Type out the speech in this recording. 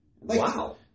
Wow